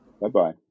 Bye-bye